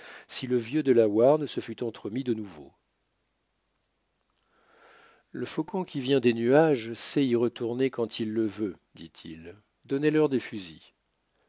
si le vieux delaware ne se fût entremis de nouveau le faucon qui vient des nuages sait y retourner quand il le veut dit-il donnez-leur des fusils